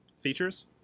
features